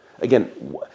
Again